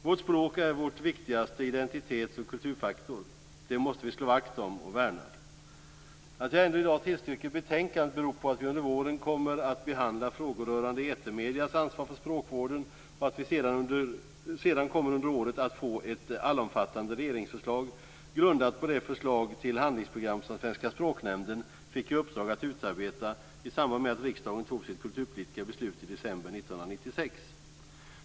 Vårt språk är vår viktigaste identitets och kulturfaktor. Det måste vi slå vakt om och värna. Att jag ändå i dag tillstyrker betänkandet beror på att vi under våren kommer att behandla frågor rörande etermediernas ansvar för språkvården. Vi kommer också senare under året att få ett allomfattande regeringsförslag grundat på det förslag till handlingsprogram som Svenska språknämnden fick i uppdrag att utarbeta i samband med att riksdagen fattade sitt kulturpolitiska beslut i december 1996.